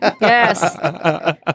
Yes